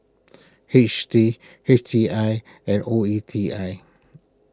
H T H T I and O E T I